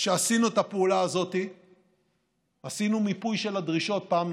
שעשינו את הפעולה הזאת עשינו מיפוי של הדרישות פעם נוספת.